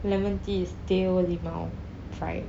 lemon tea is teh O limau right